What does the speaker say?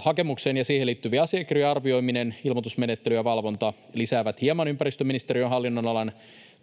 Hakemuksen ja siihen liittyvien asiakirjojen arvioiminen, ilmoitusmenettely ja valvonta lisäävät hieman ympäristöministeriön hallinnonalan